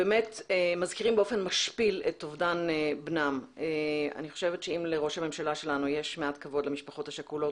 אני חושבת שאם לראש הממשלה שלנו יש מעט כבוד למשפחות השכולות,